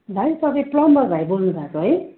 भाइ तपाईँ प्लम्बर भाइ बोल्नु भएको है